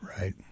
Right